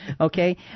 Okay